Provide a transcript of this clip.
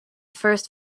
first